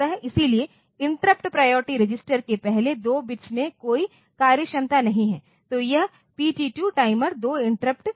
इसलिए interrupt priority register के पहले 2 बिट्स में कोई कार्यक्षमता नहीं है तो यह PT2 टाइमर 2 इंटरप्ट की प्रायोरिटी है